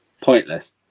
Pointless